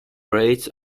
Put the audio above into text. rates